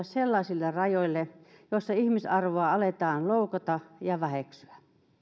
sellaisille rajoille joilla ihmisarvoa aletaan loukata ja väheksyä